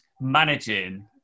managing